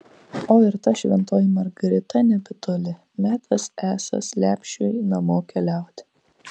o ir ta šventoji margarita nebetoli metas esąs lepšiui namo keliauti